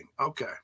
Okay